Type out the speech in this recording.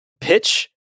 pitch